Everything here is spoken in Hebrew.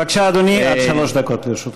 בבקשה, אדוני, עד שלוש דקות לרשותך.